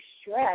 stress